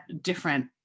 different